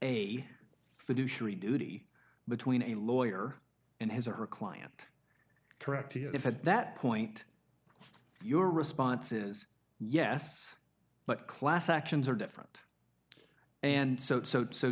fiduciary duty between a lawyer and his or her client correct if at that point your response is yes but class actions are different and so so so